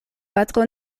patro